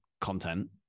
content